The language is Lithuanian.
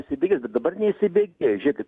įsibėgės bet dabar neįsibėgėja žiūrėkit